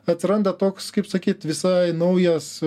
atsiranda toks kaip sakyt visai naujas